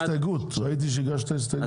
ראיתי שהגשת הסתייגות.